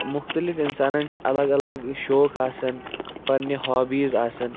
مُختلِف اِنسانَن چھِ الگ الگ شوق اَسان پَنٛنہِ ہابیٖز آسان